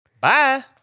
Bye